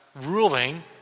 ruling